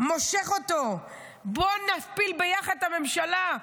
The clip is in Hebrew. מושך אותו: בוא נפיל ביחד את הממשלה.